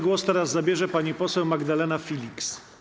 Głos teraz zabierze pani poseł Magdalena Filiks.